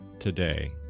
today